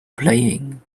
playing